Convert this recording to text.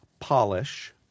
Polish